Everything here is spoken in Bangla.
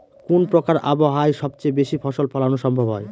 কোন প্রকার আবহাওয়ায় সবচেয়ে বেশি ফসল ফলানো সম্ভব হয়?